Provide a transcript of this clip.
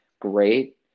great